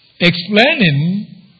explaining